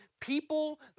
people